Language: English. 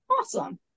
awesome